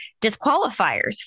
disqualifiers